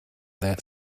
that